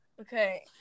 Okay